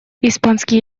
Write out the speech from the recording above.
испанский